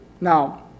Now